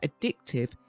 addictive